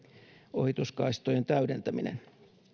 ohituskaistojen täydentäminen